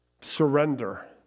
Surrender